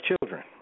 children